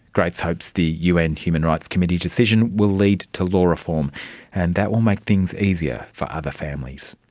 grace hopes the un human rights committee decision will lead to law reform and that will make things easier for other families.